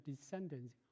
descendants